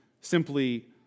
simply